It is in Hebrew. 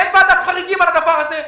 אין ועדת חריגים על הדבר הזה.